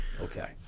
Okay